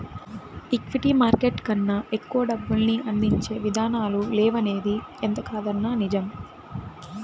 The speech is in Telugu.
ఈక్విటీ మార్కెట్ కన్నా ఎక్కువ డబ్బుల్ని అందించే ఇదానాలు లేవనిది ఎంతకాదన్నా నిజం